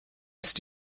ist